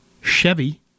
Chevy